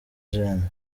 gen